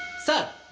sir.